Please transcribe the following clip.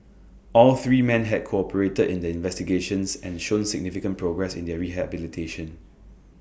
all three man had cooperated in the investigations and shown significant progress in their rehabilitation